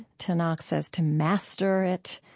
tanakh says to master it,